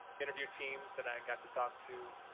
interview teams that i got to talk to,